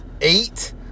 Eight